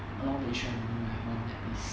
along the yishun avenue one have one like this